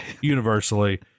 universally